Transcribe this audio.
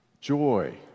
joy